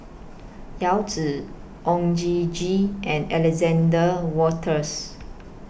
Yao Zi Oon Jin Gee and Alexander Wolters